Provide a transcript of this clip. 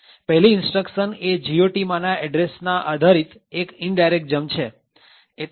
પહેલી instruction એ GOT માંના એડ્રેસના આધારિત એક indirect jump છે